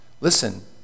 Listen